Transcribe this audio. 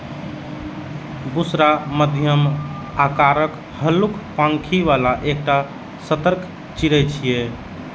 बुशरा मध्यम आकारक, हल्लुक पांखि बला एकटा सतर्क चिड़ै छियै